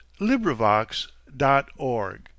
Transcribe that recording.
LibriVox.org